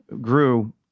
grew